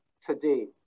today